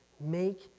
make